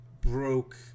broke